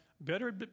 better